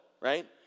right